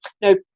no